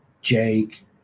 Jake